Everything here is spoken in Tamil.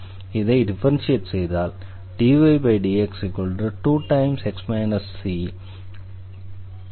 இதை டிஃபரன்ஷியேட் செய்தால் dydx2x c